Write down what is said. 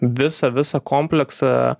visą visą kompleksą